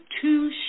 two